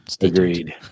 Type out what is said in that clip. agreed